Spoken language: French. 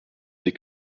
dès